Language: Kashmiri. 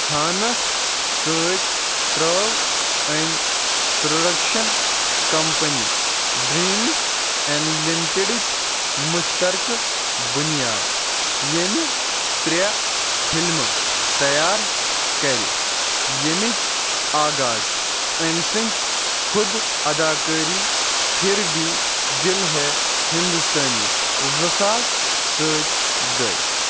خانَس سۭتۍ ترٛٲو أمۍ پرٛوڈَکشَن کَمپٔنی ڈرٛیٖمٕز این لِمٹِڈٕچ مُشتَرکہٕ بُنیاد ییٚمہِ ترٛےٚ فِلمہٕ تیار کَرِ ییٚمِچ آغاز أمۍ سٕنٛدۍ خود اَداکٲری پھِر بھی دِل ہے ہِنٛدوستٲنی زٕ ساس سۭتۍ گٔے